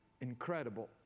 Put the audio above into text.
incredible